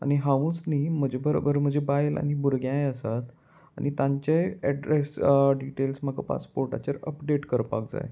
आनी हांवूच न्ही म्हजे बरोबर म्हजे बायल आनी भुरग्यांय आसात आनी तांचे एड्रेस डिटेल्स म्हाका पासपोर्टाचेर अपडेट करपाक जाय